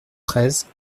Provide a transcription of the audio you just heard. treize